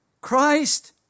Christ